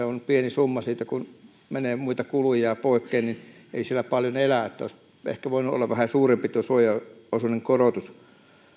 on kuitenkin pieni summa kun siitä menee muita kuluja poikkeen niin ei sillä paljon elä niin että olisi ehkä voinut olla vähän suurempi tuo suojaosuuden korotus